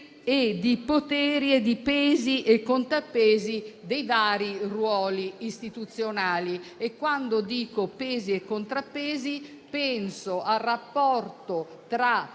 dei poteri e di pesi e contrappesi dei vari ruoli istituzionali. Quando parlo di pesi e contrappesi, penso al rapporto tra